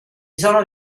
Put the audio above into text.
sono